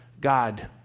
God